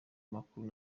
makuru